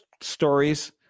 stories